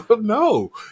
No